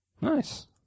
Nice